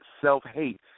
self-hate